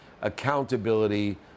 accountability